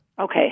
Okay